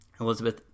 Elizabeth